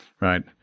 right